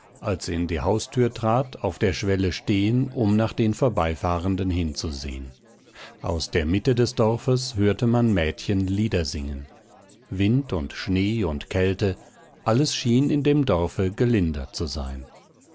als sie in die haustür trat auf der schwelle stehen um nach den vorbeifahrenden hinzusehen aus der mitte des dorfes hörte man mädchen lieder singen wind und schnee und kälte alles schien in dem dorfe gelinder zu sein